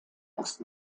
aus